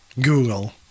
Google